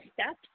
steps